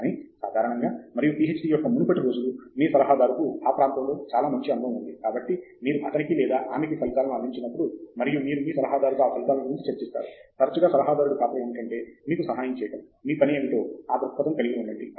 కానీ సాధారణంగా మరియు పీహెచ్డీ యొక్క మునుపటి రోజులు మీ సలహాదారుకు ఆ ప్రాంతంలో చాలా మంచి అనుభవం ఉంది కాబట్టి మీరు అతనికి లేదా ఆమెకి ఫలితాలను అందించినప్పుడు మరియు మీరు మీ సలహాదారుతో ఆ ఫలితాల గురించి చర్చిస్తారు తరచుగా సలహాదారుడి పాత్ర ఏమిటంటే మీకు సహాయం చేయడం మీ పని ఏమిటో ఆ దృక్పథం కలిగి ఉండండి